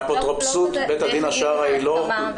באפוטרופסות בית הדין השרעי לא דן.